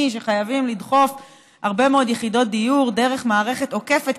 שחייבים לדחוף הרבה מאוד יחידות דיור דרך מערכת עוקפת,